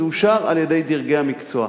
זה אושר על-ידי דרגי המקצוע.